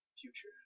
Future